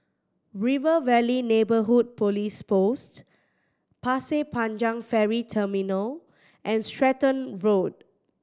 River Valley Neighbourhood Police Post Pasir Panjang Ferry Terminal and Stratton Road